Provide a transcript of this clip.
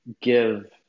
give